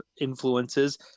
influences